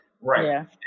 right